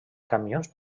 camions